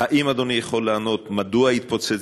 אתה יכול להגיע לפתרון, אתה טועה,